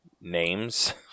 names